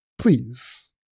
Please